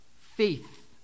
faith